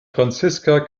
franziska